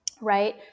right